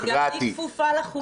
אבל היא כפופה לחוקה.